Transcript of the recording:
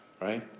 Right